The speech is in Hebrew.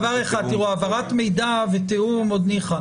העברת מידע ותיאום זה עוד ניחא.